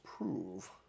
prove